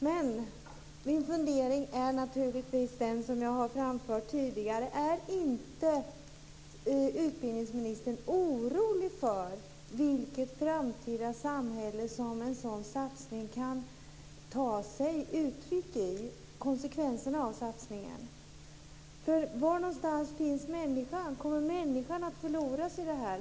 Men min fundering är naturligtvis den som jag har framfört tidigare: Är inte utbildningsministern orolig för vilket framtida samhälle som en sådan satsning kan ta sig uttryck i, konsekvenserna av satsningen? Var någonstans finns människan? Kommer människan att förloras i detta?